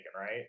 right